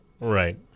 Right